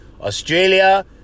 Australia